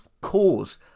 cause